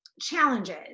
challenges